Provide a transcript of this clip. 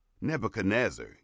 nebuchadnezzar